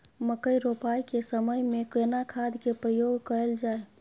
मकई रोपाई के समय में केना खाद के प्रयोग कैल जाय?